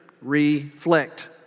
reflect